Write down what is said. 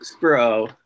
bro